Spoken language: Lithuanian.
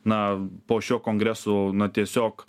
na po šiuo kongresu na tiesiog